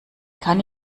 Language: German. kann